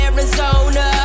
Arizona